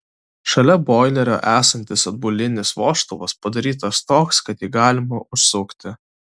šalia boilerio esantis atbulinis vožtuvas padarytas toks kad jį galima užsukti